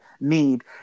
need